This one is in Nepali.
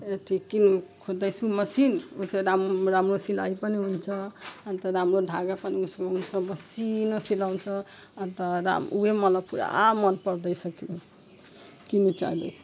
यति किन्नु खोज्दैछु मेसिन उसै राम्रो राम्रो सिलाइ पनि हुन्छ अन्त राम्रो धागा पनि उयसमा हुन्छ मसिनो सिलाउँछ अन्त र उही मलाई पुरा मन पर्दैछ किन्नु किन्नु चाहँदैछु